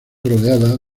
rodeada